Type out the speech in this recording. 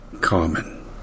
common